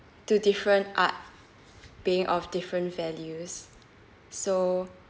to different art being of different values so